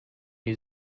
new